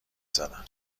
زدم